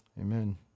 Amen